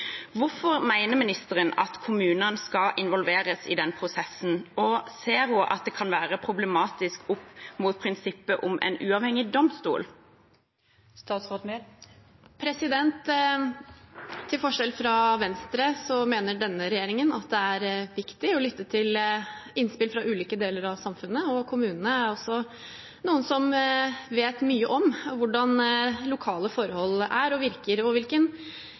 Hvorfor mener ministeren at kommunene skal involveres i den prosessen, og ser hun at det kan være problematisk opp mot prinsippet om en uavhengig domstol? Til forskjell fra Venstre mener denne regjeringen at det er viktig å lytte til innspill fra ulike deler av samfunnet. Kommunene er også noen som vet mye om hvordan lokale forhold er og virker, og hvilken